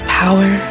power